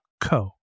co